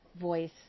voice